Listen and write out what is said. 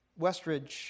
Westridge